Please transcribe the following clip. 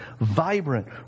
vibrant